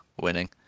winning